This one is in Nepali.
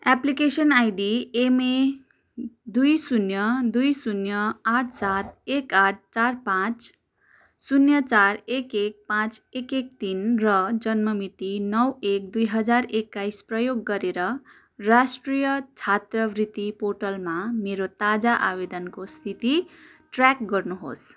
एप्लिकेसन आइडी एमए दुई शून्य दुई शून्य आठ चार एक आठ चार पाँच शून्य चार एक एक पाँच एक एक तिन र जन्ममिति नौ एक दुई हजार एक्काइस प्रयोग गरेर राष्ट्रिय छात्रवृति पोर्टलमा मेरो ताजा आवेदनको स्थिति ट्रयाक गर्नुहोस्